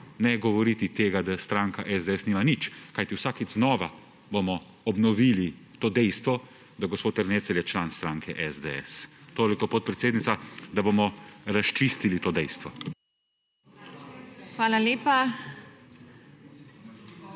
ne govoriti tega, da stranka SDS nima nič, kajti vsakič znova bomo obnovili to dejstvo, da je gospod Ernecl član stranke SDS. Toliko, podpredsednica, da bomo razčistili to dejstvo.